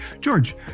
George